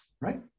right